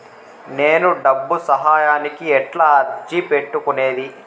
నేను డబ్బు సహాయానికి ఎట్లా అర్జీ పెట్టుకునేది?